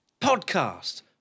podcast